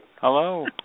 Hello